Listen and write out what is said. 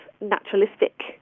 naturalistic